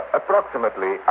approximately